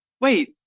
Wait